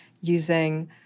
using